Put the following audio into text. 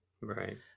Right